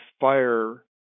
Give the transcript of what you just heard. fire